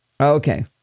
Okay